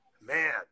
man